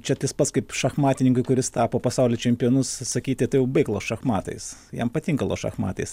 čia tas pats kaip šachmatininkui kuris tapo pasaulio čempionu s sakyti tai jau baik lošt šachmatais jam patinka lošt šachmatais